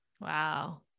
Wow